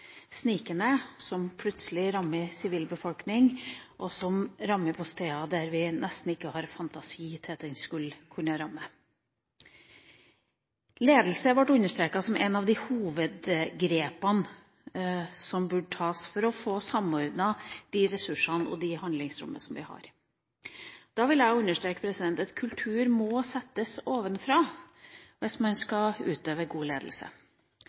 sikkerhetstrussel som plutselig rammer sivilbefolkninga, og som rammer på steder der vi nesten ikke har fantasi til å tenke oss at den skulle kunne ramme. Ledelse ble understreket som et av de hovedgrepene som burde tas for å få samordnet de ressursene og de handlingsrommene som vi har. Da vil jeg understreke at kultur må settes ovenfra hvis man skal utøve god ledelse.